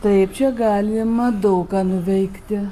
taip čia galima daug ką nuveikti